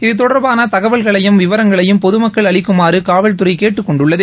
இது தொடர்பான தகவல்களையும் விவரங்களையும் பொதுமக்கள் அளிக்குமாறு காவல்துறை கேட்டுக் கொண்டுள்ளது